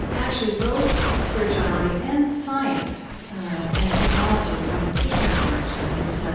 actually, both spirituality and science and technology from a different direction is